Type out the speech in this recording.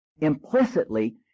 Implicitly